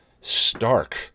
stark